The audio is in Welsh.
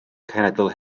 cenedl